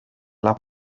las